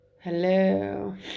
Hello